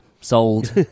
Sold